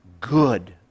good